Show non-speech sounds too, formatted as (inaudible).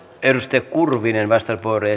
edustaja kurvinen vastauspuheenvuoro (unintelligible)